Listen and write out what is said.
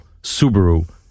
Subaru